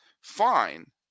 fine